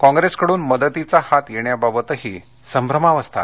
काँप्रेसकडून मदतीचा हात येण्याबाबतही संभ्रमावस्था आहे